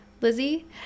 Lizzie